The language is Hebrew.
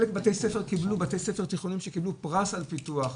היו בתי ספר שקיבלו פרס על פיתוח,